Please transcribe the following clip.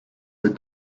with